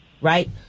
Right